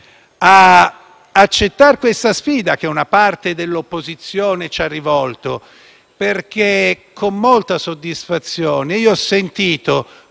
ad accettare questa sfida che una parte dell'opposizione ci ha rivolto. Con molta soddisfazione ho sentito